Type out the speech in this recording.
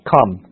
Come